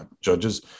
judges